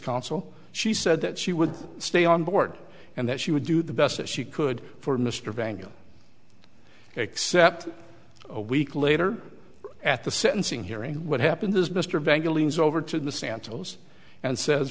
counsel she said that she would stay on board and that she would do the best that she could for mr vanga except a week later at the sentencing hearing what happens is mr vanga leans over to the santals and says